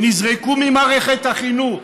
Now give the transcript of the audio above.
הם נזרקו ממערכת החינוך,